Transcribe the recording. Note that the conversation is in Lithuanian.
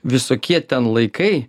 visokie ten laikai